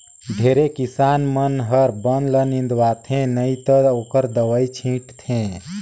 ढेरे किसान मन हर बन ल निंदवाथे नई त ओखर दवई छींट थे